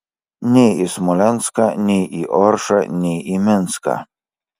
nei į smolenską nei į oršą nei į minską